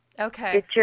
Okay